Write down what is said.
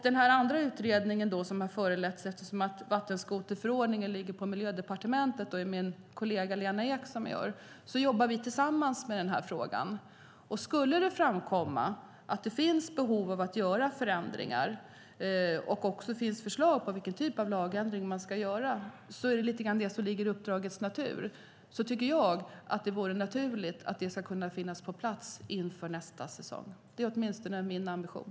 Den andra utredningen har föranletts av att vattenskoterförordningen ligger på Miljödepartementet och min kollega Lena Ek. Vi jobbar tillsammans med den här frågan. Om det skulle framkomma att det finns behov av att göra förändringar och om det också finns förslag på vilken typ av lagändring man ska göra - och det är lite grann det som ligger i uppdragets natur - tycker jag att det vore naturligt att det skulle kunna finnas på plats inför nästa säsong. Det är åtminstone min ambition.